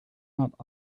not